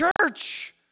church